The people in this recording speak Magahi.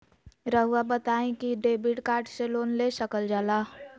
रहुआ बताइं कि डेबिट कार्ड से लोन ले सकल जाला?